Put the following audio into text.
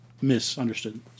misunderstood